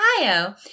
Ohio